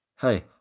Hey